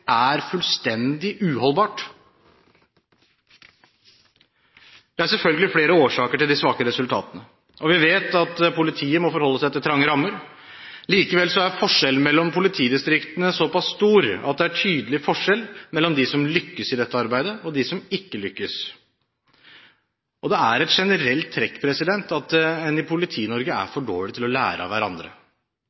er fullstendig uholdbart. Det er selvfølgelig flere årsaker til de svake resultatene, og vi vet at politiet må forholde seg til trange rammer. Likevel er forskjellen mellom politidistriktene såpass stor at det er tydelig forskjell på dem som lykkes i dette arbeidet, og dem som ikke lykkes. Det er et generelt trekk at en i Politi-Norge er for dårlig til å lære av hverandre.